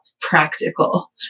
Practical